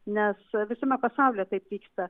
nes visame pasaulyje taip vyksta